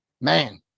man